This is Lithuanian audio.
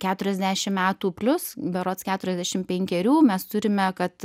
keturiasdešim metų plius berods keturiasdešim penkerių mes turime kad